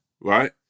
right